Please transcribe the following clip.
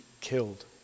killed